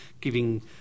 giving